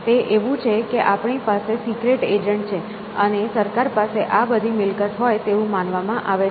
તે એવું છે કે આપણી પાસે સિક્રેટ એજન્ટ છે અને સરકાર પાસે આ બધી મિલકત હોય તેવું માનવામાં આવે છે